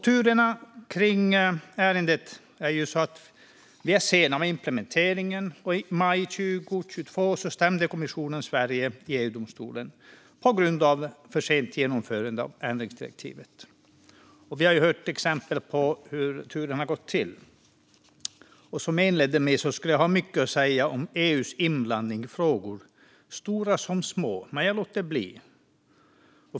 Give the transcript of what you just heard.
Turerna kring ärendet har gjort att vi är sena med implementeringen, och i maj 2022 stämde kommissionen Sverige i EU-domstolen på grund av för sent genomförande av ändringsdirektivet. Vi har hört exempel på hur det har gått till. Som jag inledde med skulle jag kunna säga mycket om EU:s inblandning i stora som små frågor, men jag låter bli.